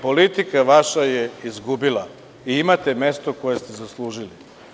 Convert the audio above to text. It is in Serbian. Politika vaša je izgubila i imate mesto koje ste zaslužili.